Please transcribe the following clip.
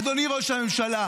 אדוני ראש הממשלה,